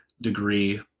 degree